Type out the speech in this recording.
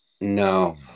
No